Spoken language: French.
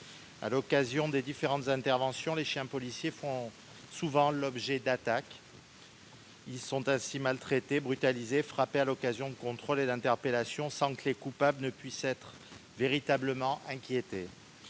Lors de leurs différentes interventions, les chiens policiers font souvent l'objet d'attaques. Ils sont ainsi maltraités, brutalisés, frappés lors de contrôles et d'interpellations, sans que les coupables ne puissent être véritablement inquiétés.